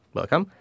Welcome